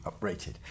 uprated